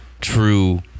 True